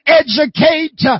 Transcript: educate